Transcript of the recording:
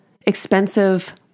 expensive